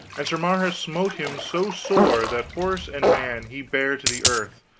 and sir marhaus smote him so sore that horse and man he bare to the earth,